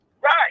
Right